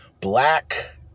black